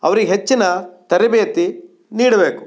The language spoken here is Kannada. ಅವ್ರಿಗೆ ಹೆಚ್ಚಿನ ತರಬೇತಿ ನೀಡಬೇಕು